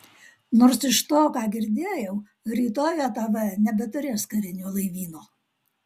nors iš to ką girdėjau rytoj jav nebeturės karinio laivyno